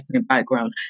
background